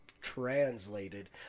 translated